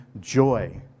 joy